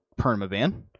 permaban